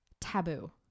Taboo